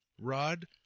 rod